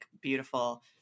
beautiful